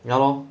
ya lor